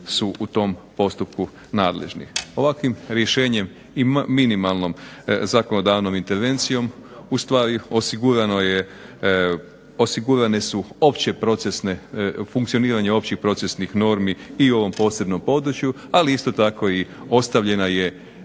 su u tom postupku nadležni. Ovakvim rješenjem i minimalnom zakonodavnom intervencijom ustvari osigurane su opće procesne, funkcioniranje općih procesnih normi i u ovom posebnom području, ali isto tako i ostavljen je